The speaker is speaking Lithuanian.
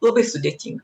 labai sudėtinga